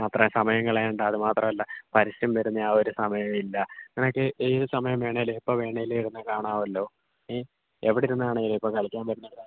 അത്രയും സമയം കളയണ്ട അത് മാത്രവല്ല പരസ്യം വരുന്ന ആ ഒരു സമയവും ഇല്ല നിനക്ക് ഏതു സമയം വേണേലും എപ്പം വേണേലും ഇരുന്ന് കാണാവല്ലോ നീ എവിടിരുന്നാണേലും ഇപ്പോൾ കളിക്കാന് പറ്റുന്നിടത്താണേലും